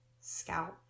scalp